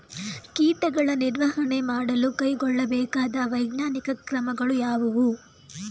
ಕೀಟಗಳ ನಿರ್ವಹಣೆ ಮಾಡಲು ಕೈಗೊಳ್ಳಬೇಕಾದ ವೈಜ್ಞಾನಿಕ ಕ್ರಮಗಳು ಯಾವುವು?